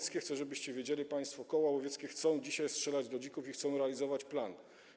Chcę, żebyście wiedzieli państwo, że koła łowiecka chcą dzisiaj strzelać do dzików i chcą realizować plan.